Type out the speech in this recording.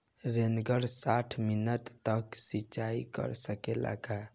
Rain gun साठ metre तक सिचाई कर सकेला का?